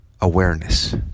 Awareness